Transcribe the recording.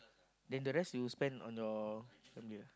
then the rest you spend on your family ah